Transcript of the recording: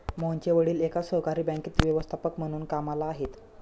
मोहनचे वडील एका सहकारी बँकेत व्यवस्थापक म्हणून कामला आहेत